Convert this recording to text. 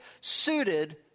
suited